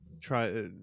Try